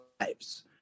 lives